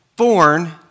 born